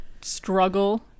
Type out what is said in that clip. struggle